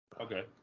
Okay